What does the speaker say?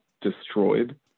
destroyed